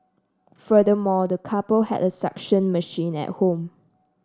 furthermore the couple had a suction machine at home